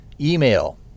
Email